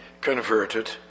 converted